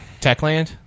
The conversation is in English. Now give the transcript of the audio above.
Techland